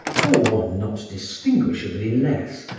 or one not distinguishably less,